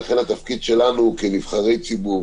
ולכן התפקיד שלנו כנבחרי ציבור,